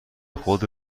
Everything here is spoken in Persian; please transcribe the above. خود